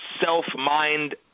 self-mind